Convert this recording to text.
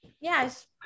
Yes